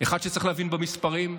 שצריך להבין במספרים,